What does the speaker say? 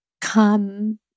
come